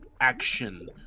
action